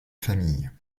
famille